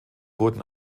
wurden